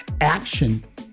action